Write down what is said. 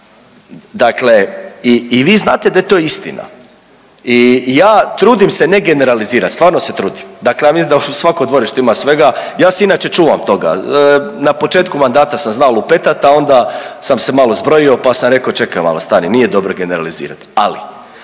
dakle i, i vi znate da je to istina i ja trudim se ne generalizirat, stvarno se trudim, dakle ja mislim da u svakom dvorištu ima svega, ja se inače čuvam toga. Na početku mandata sam znao lupetat, a onda sam se malo zbrojio, pa sam reko čekaj malo, stani, nije dobro generalizirati, ali